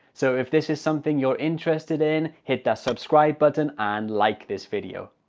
so if this is something you're interested in hit that subscribe button and like this video!